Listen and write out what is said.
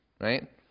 right